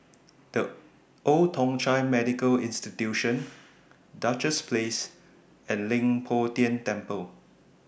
The Old Thong Chai Medical Institution Duchess Place and Leng Poh Tian Temple